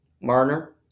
Marner